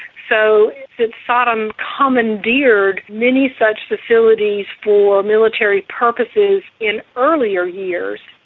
so since saddam commandeered many such facilities for military purposes in earlier years,